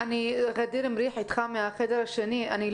ע'דיר כמאל מריח (יש עתיד - תל"ם): ניצן,